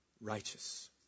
righteous